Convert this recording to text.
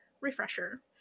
refresher